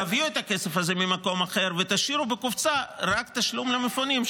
תביאו את הכסף הזה ממקום אחר ותשאירו בקופסה רק תשלום למפונים.